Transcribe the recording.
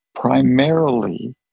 primarily